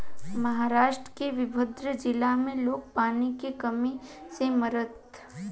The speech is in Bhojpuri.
महाराष्ट्र के विदर्भ जिला में लोग पानी के कमी से मरता